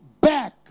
back